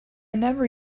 never